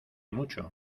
mucho